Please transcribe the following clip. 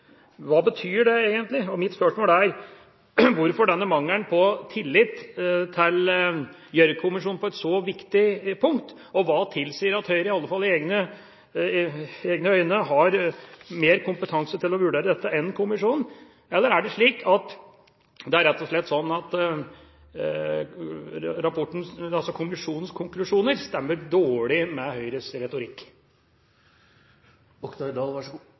Hva betyr det egentlig? Mitt spørsmål er: Hvorfor denne mangelen på tillit til Gjørv-kommisjonen på et så viktig punkt, og hva tilsier at Høyre – i alle fall i egne øyne – har mer kompetanse til å vurdere dette enn kommisjonen? Eller er det rett og slett sånn at kommisjonens konklusjoner stemmer dårlig med Høyres retorikk?